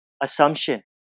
assumption